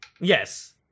yes